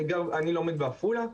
אני לומד בעפולה,